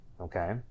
Okay